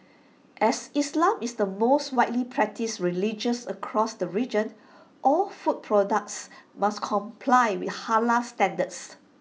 as islam is the most widely practised religions across the region all food products must comply with Halal standards